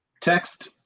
text